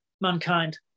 mankind